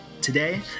today